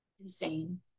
insane